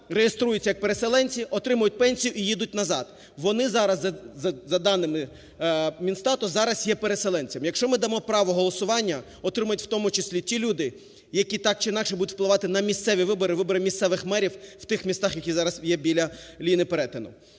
реєструються як переселенці, отримують пенсію і їдуть назад. Вони зараз, за даними Мінстату, зараз є переселенцями. Якщо ми дамо право голосування, отримають в тому числі ті люди, які так чи інакше будуть впливати на місцеві вибори, вибори місцевих мерів в тих містах, які зараз є біля лінії перетину.